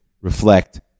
reflect